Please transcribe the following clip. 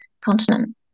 continent